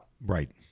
Right